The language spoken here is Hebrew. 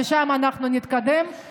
משם אנחנו נתקדם,